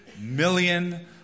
million